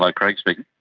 like craig speaking.